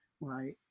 right